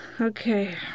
Okay